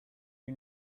you